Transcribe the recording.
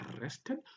arrested